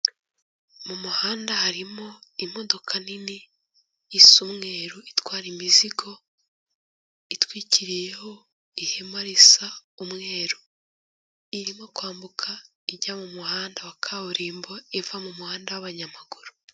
Mu muhanda harimo imodoka nini isa umweru itwara imizigo, itwikiriyeho ihema risa umweru. Irimo kwambuka ijya mu muhanda wa kaburimbo, iva mu muhanda w'abanyamaguru.